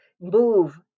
move